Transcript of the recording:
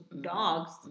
dogs